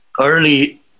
early